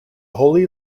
holy